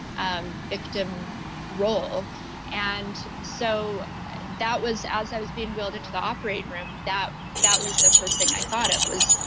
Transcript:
um victim role and so that was as i was being wheeled into the operating room, that that was the first thing i thought of was,